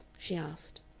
she asked.